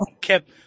kept